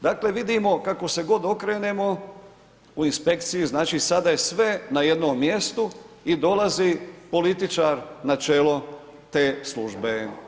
Dakle vidimo kako se god okrenemo u inspekciji znači sada je sve na jednom mjestu i dolazi političar na čelo te službe.